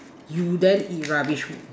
you then eat rubbish food